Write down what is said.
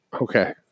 Okay